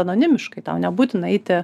anonimiškai tau nebūtina eiti